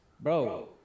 Bro